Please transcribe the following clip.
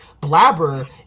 Blabber